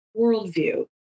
worldview